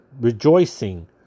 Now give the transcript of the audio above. rejoicing